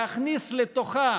להכניס לתוכה